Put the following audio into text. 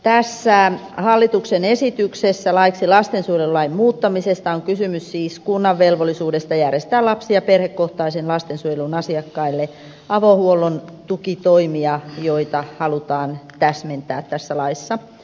tässä hallituksen esityksessä laiksi lastensuojelulain muuttamisesta on siis kysymys kunnan velvollisuudesta järjestää lapsi ja perhekohtaisen lastensuojelun asiakkaille avohuollon tukitoimia joita halutaan täsmentää tässä laissa